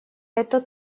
это